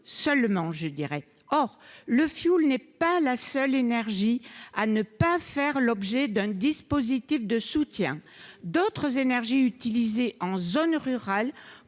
chauffés au fioul. Or le fioul n'est pas la seule énergie à ne pas faire l'objet d'un dispositif de soutien. D'autres énergies utilisées en zone rurale,